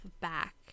back